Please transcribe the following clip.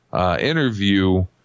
interview